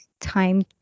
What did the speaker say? time